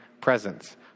Presence